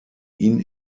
ihn